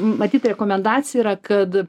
matyt rekomendacija yra kad